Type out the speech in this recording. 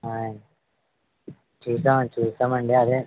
చూశామండి చూశామండి అదే